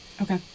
okay